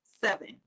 seven